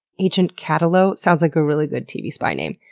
ancient cattalo sounds like a really good tv spy name.